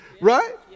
right